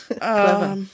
clever